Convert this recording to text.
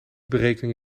berekening